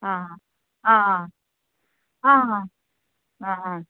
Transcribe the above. आं आं